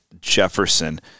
Jefferson